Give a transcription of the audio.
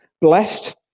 blessed